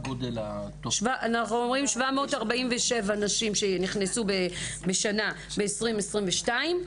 747 נשים שנכנסו בשנת 2022,